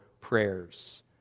prayers